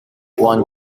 one